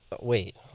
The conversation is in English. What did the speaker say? wait